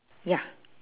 ya